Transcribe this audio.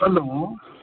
hello